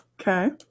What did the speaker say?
Okay